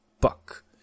buck